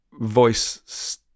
voice